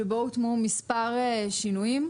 שבו הוטמעו מספר שינויים,